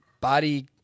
Body